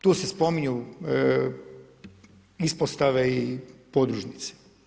Tu se spominju ispostave i podružnice.